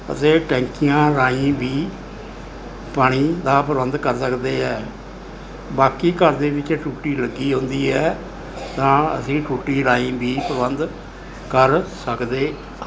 ਅਸੀਂ ਟੈਂਕੀਆਂ ਰਾਹੀਂ ਵੀ ਪਾਣੀ ਦਾ ਪ੍ਰਬੰਧ ਕਰ ਸਕਦੇ ਹਾਂ ਬਾਕੀ ਘਰ ਦੇ ਵਿੱਚ ਟੂਟੀ ਲੱਗੀ ਹੁੰਦੀ ਐ ਤਾਂ ਅਸੀਂ ਟੂਟੀ ਰਾਹੀਂ ਵੀ ਪ੍ਰਬੰਧ ਕਰ ਸਕਦੇ